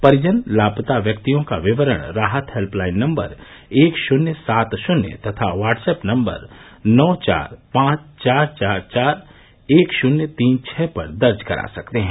परिजन लापता व्यक्तियों का विवरण राहत हेल्पलाइन नम्बर एक शुन्य सात शुन्य तथा वाट्सऐप नंबर नौ चार पांच चार चार एक शुन्य तीन छः पर दर्ज करा सकते हैं